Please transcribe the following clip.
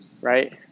right